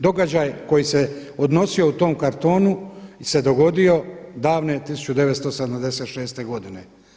Događaj koji se odnosio u tom kartonu se dogodio davne 1976. godine.